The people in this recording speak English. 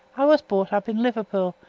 i was brought up in liverpool,